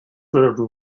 little